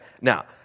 Now